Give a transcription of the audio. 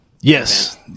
Yes